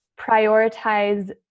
prioritize